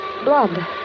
blood